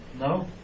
No